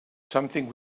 something